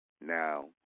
now